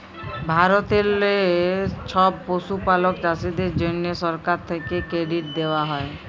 ভারতেললে ছব পশুপালক চাষীদের জ্যনহে সরকার থ্যাকে কেরডিট দেওয়া হ্যয়